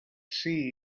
see